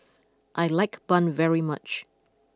I like Bun very much